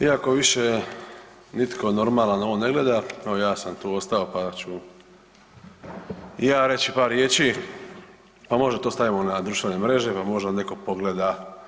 Iako više nitko normalan ovo ne gleda, evo, ja sam tu ostao pa ću i ja reći par riječi pa možda to stavimo na društvene mreže, možda netko pogleda.